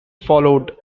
followed